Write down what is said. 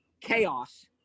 chaos